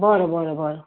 बरं बरं बरं